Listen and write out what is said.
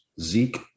Zeke